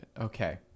Okay